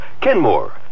Kenmore